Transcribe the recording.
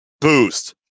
boost